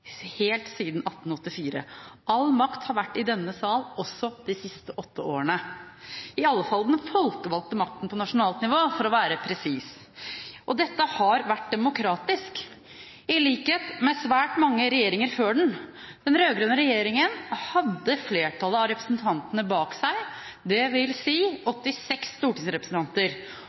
helt siden 1884. All makt har vært i denne sal også de siste åtte årene. Det gjelder i alle fall den folkevalgte makten på nasjonalt nivå, for å være presis. Og dette har vært demokratisk. I likhet med svært mange regjeringer før den hadde den rød-grønne regjeringen flertallet av representantene bak seg, dvs. 86 stortingsrepresentanter.